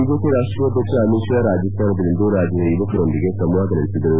BJP ರಾಷ್ಟೀಯ ಅಧ್ಯಕ್ಷ ಅಮಿತ್ ಷಾ ರಾಜಸ್ನಾನದಲ್ಲಿಂದು ರಾಜ್ನದ ಯುವಕರೊಂದಿಗೆ ಸಂವಾದ ನಡೆಸಿದರು